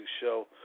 Show